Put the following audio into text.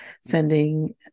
sending